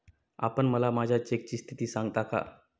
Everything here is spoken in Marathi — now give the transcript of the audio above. आपण मला माझ्या चेकची स्थिती सांगाल का?